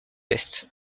est